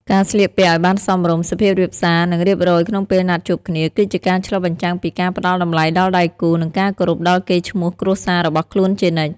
ការស្លៀកពាក់ឱ្យបានសមរម្យ សុភាពរាបសារ និងរៀបរយក្នុងពេលណាត់ជួបគ្នា គឺជាការឆ្លុះបញ្ចាំងពីការផ្ដល់តម្លៃដល់ដៃគូ និងការគោរពដល់កេរ្តិ៍ឈ្មោះគ្រួសាររបស់ខ្លួនជានិច្ច។